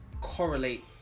correlate